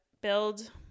build